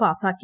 പാസാക്കി